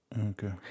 Okay